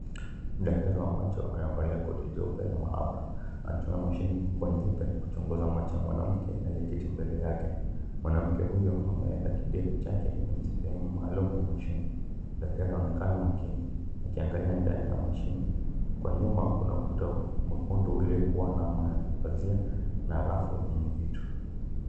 Daktari wa macho amevalia koti jeupe la maabara na tuna mashini kubwa nyeupe kuchunguza macho ya mwanamke kwenye kiti mbele yake. Mwanamke huyo ameeka kidevu chake kwenye sehemu maalum ya mashini. Daktari anaonekana makini akiangalia ndani ya mashini. Kwa nyuma kuna ukuta mwekundu uliokua na mapazia na rafu yenye vitu.